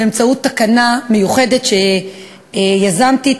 באמצעות תקנה מיוחדת שיזמתי,